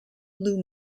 blue